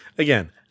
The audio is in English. Again